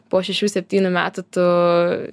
po šešių septynių metų tu